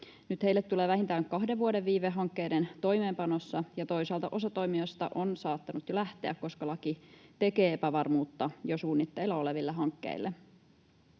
Nyt heille tulee vähintään kahden vuoden viive hankkeiden toimeenpanossa, ja toisaalta osa toimijoista on saattanut jo lähteä, koska laki tekee epävarmuutta jo suunnitteilla oleville hankkeille.